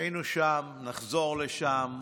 היינו שם, נחזור לשם.